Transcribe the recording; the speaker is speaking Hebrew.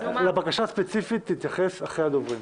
לבקשה הספציפית נתייחס אחרי הדוברים.